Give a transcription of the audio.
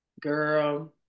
girl